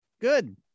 Good